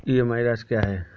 EMI राशि क्या है?